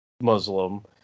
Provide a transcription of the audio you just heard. muslim